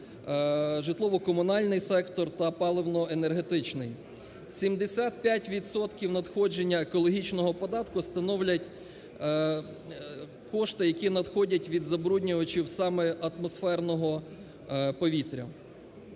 житлово-комунальний сектор та паливно-енергетичний. 75 відсотків надходження екологічного податку становлять кошти, які надходять від забруднювачів саме атмосферного повітря.